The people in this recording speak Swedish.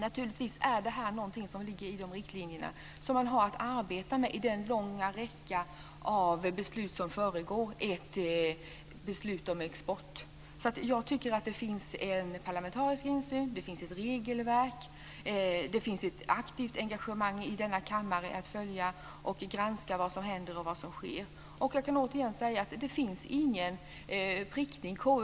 Naturligtvis är detta något som ligger i de riktlinjer som man har att arbeta med i den långa räcka av beslut som föregår ett beslut om export. Jag tycker därför att det finns en parlamentarisk insyn, det finns ett regelverk, det finns ett aktivt engagemang i denna kammare att följa, och vi granskar vad som händer och sker. Jag kan återigen säga att det finns ingen prickning här.